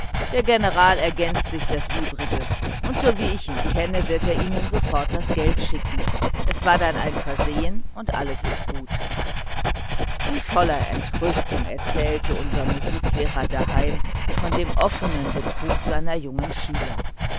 der general ergänzt sich das übrige und so wie ich ihn kenne wird er ihnen sofort das geld schicken es war dann ein versehen und alles ist gut in voller entrüstung erzählte unser musiklehrer daheim von dem offenbaren betrug seiner jungen schüler